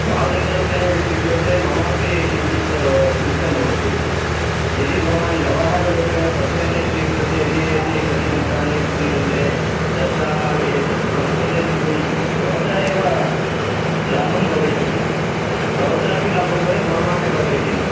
भाटकरूपेण यदि स्वीक्रियते मम अपि किञ्चित् क्लिष्टं भवति यदि भवान् व्यवहाररूपेण पर्सेण्टेज् स्वीकृत्य यदि कति चित्राणि क्रीयन्ते तथा एतस्य पर्सेण्टेज् भवतः एव लाभः भवेत् इति भवतः अपि लाभः भवेत् मम अपि भवेत् इति